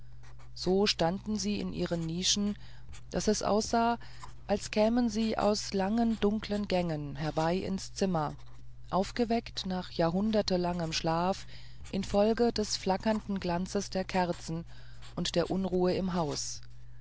so standen sie in ihren nischen daß es aussah als kämen sie aus dunklen gängen herbei ins zimmer aufgeweckt nach jahrhundertelangem schlaf infolge des flackernden glanzes der kerzen und der unruhe im haus